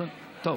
טוב,